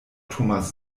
thomas